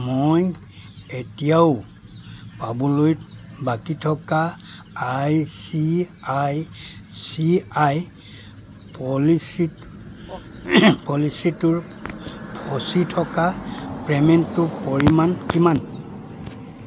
মই এতিয়াও পাবলৈ বাকী থকা I C I C I পলিচিটোৰ ফচি থকা পে'মেণ্টটোৰ পৰিমাণ কিমান